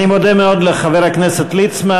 אני מודה מאוד לחבר הכנסת ליצמן.